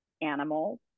animals